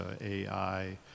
AI